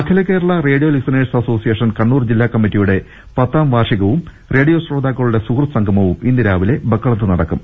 അഖില Kerala radio listeners association Kannur ജില്ലാ കമ്മറ്റിയുടെ പത്താം വാർഷികവും റേഡിയോ ശ്രോതാക്കളുടെ സുഹൃദ് സംഗമവും ഇന്ന് രാവിലെ ബക്കളത്ത് നടക്കും